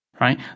right